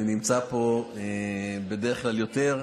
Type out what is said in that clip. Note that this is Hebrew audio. אני נמצא פה בדרך כלל יותר.